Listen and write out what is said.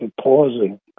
pausing